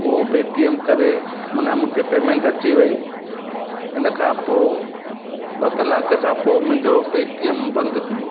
उहो पेटीएम करे माना मूंखे पेमेंट अची वई इन खां पोइ ॿ कलाक खां पोइ मुंहिंजो पेटीएम बंदि थी वियो